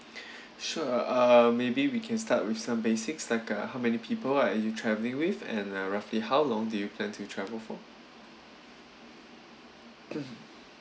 sure uh maybe we can start with some basics like uh how many people are you travelling with and uh roughly how long do you plan to travel from